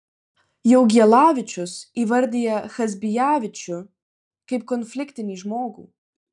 jaugielavičius įvardija chazbijavičių kaip konfliktinį žmogų